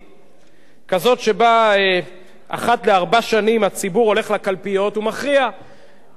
כזו שבה אחת לארבע שנים הציבור הולך לקלפיות ומכריע לגבי מי שהוא רוצה,